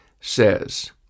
says